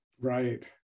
Right